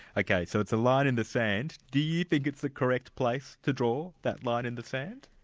ok, so it's a line in the sand. do you think it's the correct place to draw that line in the sand?